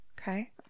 Okay